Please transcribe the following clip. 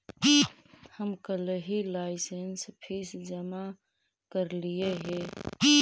हम कलहही licence fees जमा करयलियइ हे